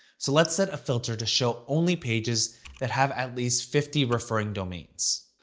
so let's set a filter to show only pages that have at least fifty referring domains.